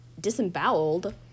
disemboweled